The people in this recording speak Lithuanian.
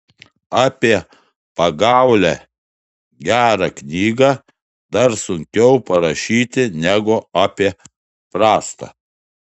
apie pagaulią gerą knygą dar sunkiau parašyti negu apie prastą